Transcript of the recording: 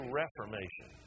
reformation